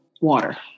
water